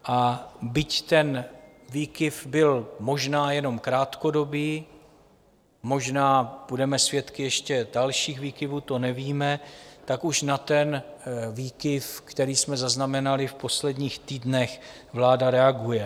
A byť ten výkyv byl možná jenom krátkodobý, možná budeme svědky ještě dalších výkyvů, to nevíme, tak už na ten výkyv, který jsme zaznamenali v posledních týdnech, vláda reaguje.